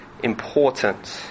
important